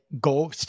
Go